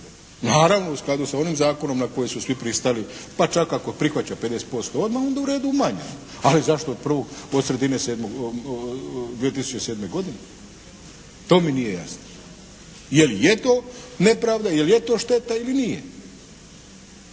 naravno u skladu sa onim zakonom na koji su svi pristali pa čak ako prihvaća 50% odmah onda u redu manje. Ali zašto od sredine 2007. godine? To mi nije jasno. Jel je to nepravda? Jel je to šteta ili nije?